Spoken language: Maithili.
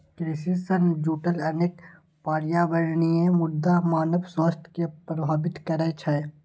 कृषि सं जुड़ल अनेक पर्यावरणीय मुद्दा मानव स्वास्थ्य कें प्रभावित करै छै